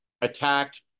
attacked